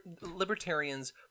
libertarians